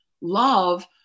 love